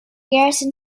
garrison